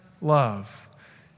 love